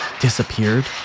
Disappeared